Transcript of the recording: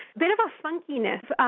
bit of funkiness.